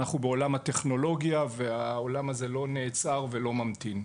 אנחנו בעולם הטכנולוגיה והעולם הזה לא נעצר ולא ממתין.